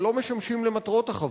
אבל לא משמשים למטרות החברות.